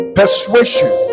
persuasion